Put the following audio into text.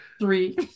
three